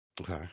Okay